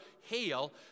hail